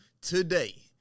today